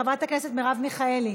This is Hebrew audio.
חברת הכנסת מרב מיכאלי,